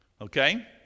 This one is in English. Okay